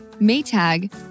Maytag